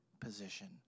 position